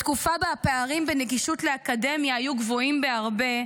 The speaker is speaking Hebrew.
בתקופה שבה הפערים בנגישות לאקדמיה היו גבוהים בהרבה,